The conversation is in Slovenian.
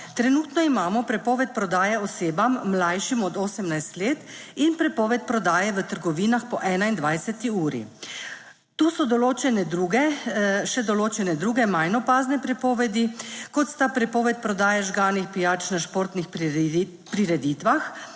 Trenutno imamo prepoved prodaje osebam, mlajšim od 18 let in prepoved prodaje v trgovinah po 21. uri. Tu so še določene druge manj opazne prepovedi, kot sta prepoved prodaje žganih pijač na športnih prireditvah,